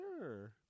Sure